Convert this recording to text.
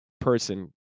person